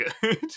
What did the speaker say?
good